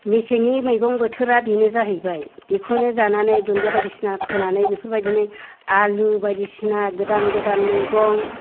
मेसेंनि मैगं बोथोरा बेनो जाहैबाय बेखौनो जानानै दुन्दिया बायदिसिना फोनानै बेफोरबायदिनो आलु बायदिसिना गोदान गोदान मैगं